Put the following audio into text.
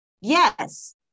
yes